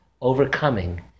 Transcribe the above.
overcoming